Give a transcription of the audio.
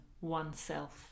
oneself